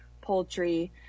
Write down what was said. poultry